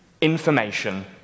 information